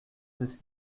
this